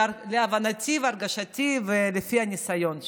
להבנתי, להרגשתי ולפי הניסיון שלי.